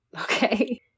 okay